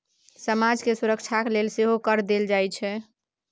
समाज केर सुरक्षाक लेल सेहो कर देल जाइत छै